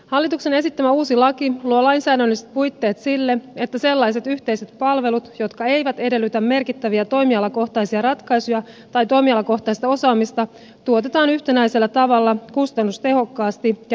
hallituksen esittämä uusi laki luo lainsäädännölliset puitteet sille että sellaiset yhteiset palvelut jotka eivät edellytä merkittäviä toimialakohtaisia ratkaisuja tai toimialakohtaista osaamista tuotetaan yhtenäisellä tavalla kustannustehokkaasti ja yhteentoimivasti